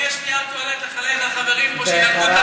אם יש נייר טואלט לחלק לחברים פה אחריו,